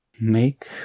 make